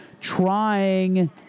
trying